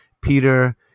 Peter